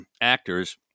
actors